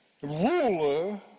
Ruler